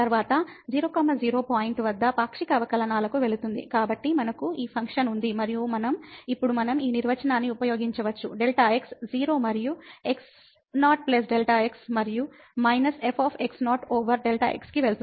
తరువాత 00 పాయింట్ల వద్ద పాక్షిక అవకలనాలుకు వెళుతుంది కాబట్టి మనకు ఈ ఫంక్షన్ ఉంది మరియు ఇప్పుడు మనం ఈ నిర్వచనాన్ని ఉపయోగించవచ్చు Δx 0 మరియు x0 Δx మరియు మైనస్ f ఓవర్ Δx కి వెళుతుంది